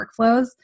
workflows